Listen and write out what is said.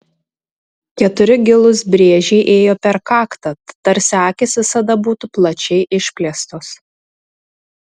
keturi gilūs brėžiai ėjo per kaktą tarsi akys visada būtų plačiai išplėstos